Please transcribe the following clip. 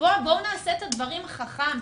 בואו נעשה את הדברים חכם,